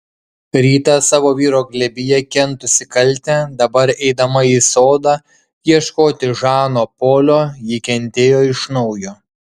rytą savo vyro glėbyje kentusi kaltę dabar eidama į sodą ieškoti žano polio ji kentėjo iš naujo